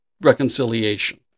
reconciliation